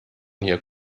hier